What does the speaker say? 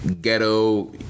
ghetto